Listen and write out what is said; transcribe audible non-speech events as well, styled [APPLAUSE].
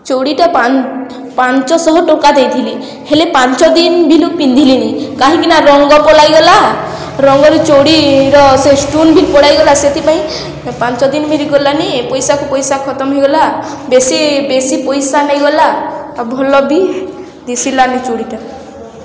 ଚୁଡ଼ିଟା ପାଞ୍ଚ ଶହ ଟଙ୍କା ଦେଇଥିଲି ହେଲେ ପାଞ୍ଚ ଦିନ [UNINTELLIGIBLE] ପିନ୍ଧିଲିନି କାହିଁକିନା ରଙ୍ଗ ପଲାଇଗଲା ରଙ୍ଗର ଚୁଡ଼ି ଷ୍ଟୁନ୍ ବି ପଳାଇଗଲା ସେଥିପାଇଁ ପାଞ୍ଚ ଦିନ [UNINTELLIGIBLE] ଗଲାନି ପଇସାକୁ ପଇସା ଖତମ୍ ହେଇଗଲା ବେଶୀ ବେଶୀ ପଇସା ନେଇଗଲା ଆଉ ଭଲ ବି ଦିଶିଲାନି ଚୁଡ଼ିଟା